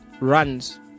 Runs